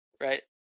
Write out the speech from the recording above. Right